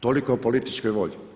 Toliko o političkoj volji.